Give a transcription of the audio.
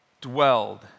dwelled